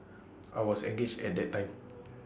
I was engaged at the time